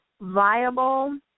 viable